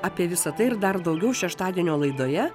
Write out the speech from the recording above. apie visa tai ir dar daugiau šeštadienio laidoje